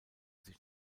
sich